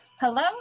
Hello